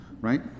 right